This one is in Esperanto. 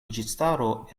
juĝistaro